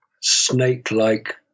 snake-like